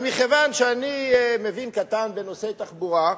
אבל מכיוון שאני מבין קטן בנושאי תחבורה,